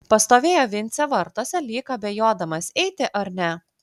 pastovėjo vincė vartuose lyg abejodamas eiti ar ne